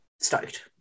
stoked